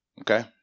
Okay